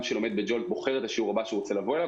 שלומד ב- Joltבוחר את השיעור הבא שהוא רוצה לבוא אליו.